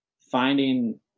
finding